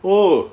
oh